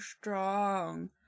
strong